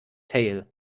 tale